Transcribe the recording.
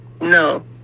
No